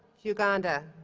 uganda